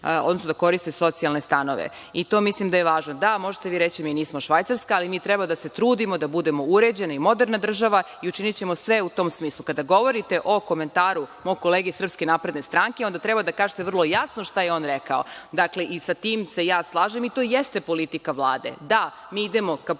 mogu da koriste socijalne stanove. Mislim da je to važno. Da, možete vi reći da mi nismo Švajcarska, ali mi treba da se trudimo da budemo uređena i moderna država i učinićemo sve u tom smislu. Kada govorite o komentaru mog kolege iz Srpske napredne stranke, onda treba da kažete vrlo jasno šta je on rekao. Dakle, i sa tim se ja slažem i to jeste politika Vlade. Da, mi idemo ka putu ka